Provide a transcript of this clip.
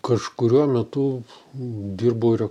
kažkuriuo metu dirbau re